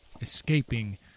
escaping